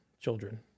children